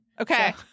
Okay